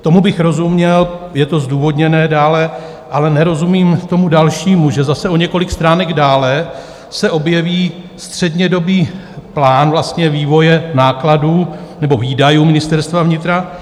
Tomu bych rozuměl, je to zdůvodněné dále, ale nerozumím tomu dalšímu, že zase o několik stránek dále se objeví střednědobý plán vývoje nákladů nebo výdajů ministerstva vnitra.